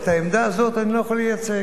את העמדה הזאת אני לא יכול לייצג.